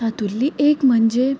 तातूंतली एक म्हणजे